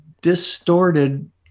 distorted